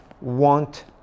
want